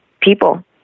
people